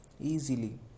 easily